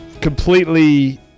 completely